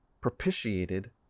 propitiated